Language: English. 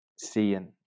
seeing